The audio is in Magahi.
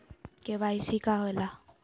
के.वाई.सी का होवेला?